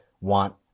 want